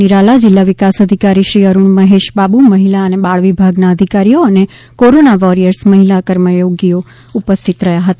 નિરાલા જિલ્લા વિકાસ અધિકારી શ્રી અરૂણ મહેશ બાબુ મહિલા અને બાળ વિભાગના અધિકારીઓ અને કોરોના વોરીયર્સ મહિલા કર્મયોગીઓ ઉપસ્થિત રહ્યા હતા